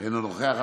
אינו נוכח,